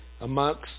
amongst